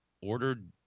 ordered